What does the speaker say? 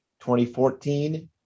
2014